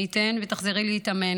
מי ייתן ותחזרי להתאמן,